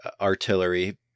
artillery